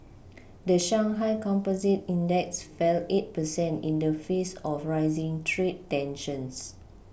the Shanghai Composite index fell eight percent in the face of rising trade tensions